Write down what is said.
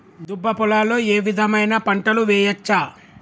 దుబ్బ పొలాల్లో ఏ విధమైన పంటలు వేయచ్చా?